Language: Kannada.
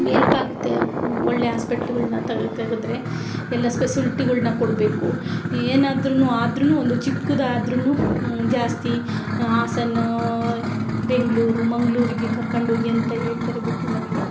ಎಲ್ಪ್ ಆಗುತ್ತೆ ಒಳ್ಳೆ ಹಾಸ್ಪೆಟ್ಲ್ಗಳನ್ನ ತೆಗದ್ರೆ ಎಲ್ಲ ಫೆಸಿಲಿಟಿಗಳ್ನ ಕೊಡಬೇಕು ಏನಾದ್ರೂ ಆದ್ರೂ ಒಂದು ಚಿಕ್ಕುದು ಆದ್ರೂ ಜಾಸ್ತಿ ಹಾಸನ್ನೂ ಬೆಂಗಳೂರು ಮಂಗಳೂರಿಗೆ ಕರ್ಕೊಂಡ್ ಹೋಗಿ ಅಂತ ಹೇಳ್ತಾರೆ ಬಟ್ ನಮಗೆ